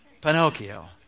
Pinocchio